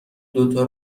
دوتا